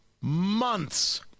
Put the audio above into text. months